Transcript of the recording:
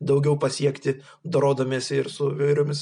daugiau pasiekti dorodamiesi su įvairiomis